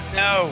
no